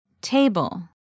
Table